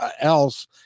else